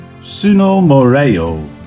Sunomoreo